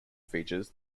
features